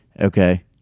okay